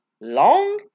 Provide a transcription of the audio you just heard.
long